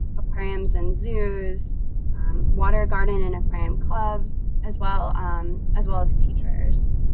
aquariums, and zoos water garden and aquarium clubs as well um as well as teachers,